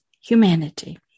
humanity